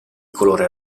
colore